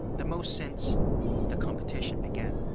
the most since the competition began.